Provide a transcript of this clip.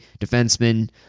defenseman